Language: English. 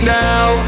now